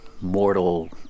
mortal